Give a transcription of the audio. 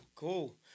Cool